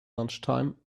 lunchtime